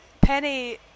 Penny